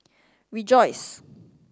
rejoice